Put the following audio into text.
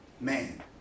man